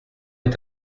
est